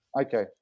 Okay